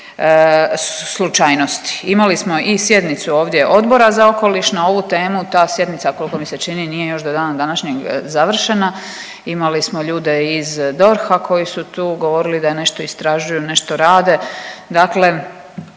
slučajnosti. Imali smo i sjednicu ovdje Odbor za okoliš na ovu temu, ta sjednica, koliko mi se čini, nije do dana današnjeg završena, imali smo ljude iz DORH-a koji su tu govorili da nešto istražuju, nešto rade, dakle